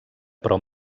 però